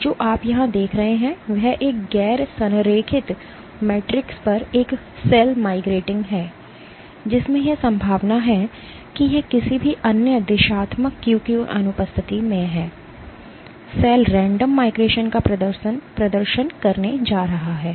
और जो आप यहां देख रहे हैं वह एक गैर संरेखित मैट्रिक्स पर एक सेल माइग्रेटिंग है जिसमें यह संभावना है कि यह किसी भी अन्य दिशात्मक क्यू की अनुपस्थिति में है सेल रैंडम माइग्रेशन का प्रदर्शन करने जा रहा है